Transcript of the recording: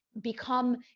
become